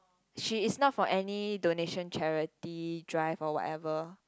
she is not from any donation charity drive or whatever